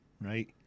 right